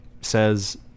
says